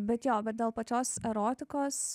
bet jo bet dėl pačios erotikos